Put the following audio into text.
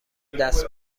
دست